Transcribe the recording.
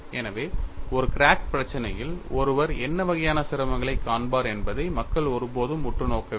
எனவே ஒரு கிராக் பிரச்சினையில் ஒருவர் என்ன வகையான சிரமங்களைக் காண்பார் என்பதை மக்கள் ஒருபோதும் உற்று நோக்கவில்லை